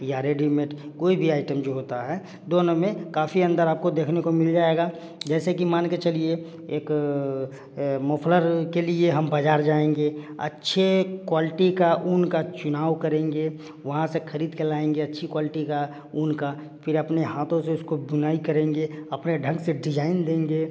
या रेडीमेट कोई भी आइटम जो होता है दोनों में काफी अंदर आप को देखने को मिल जाएगा जैसे कि मान के चलिए एक मोफ्लर के लिए हम बाजार जाएँगे अच्छे क्वालटी का ऊन का चुनाव करेंगे वहाँ से खरीद के लाएँगे अच्छी क्वालटी का ऊन का फिर अपने हाथों से उस को बुनाई करेंगे अपने ढंग से डिजाइन देंगे